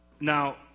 now